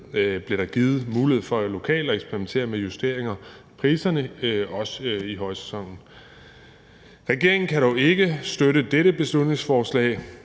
blev der givet mulighed for lokalt at eksperimentere med justeringer af priserne også i højsæsonen. Regeringen kan dog ikke støtte dette beslutningsforslag,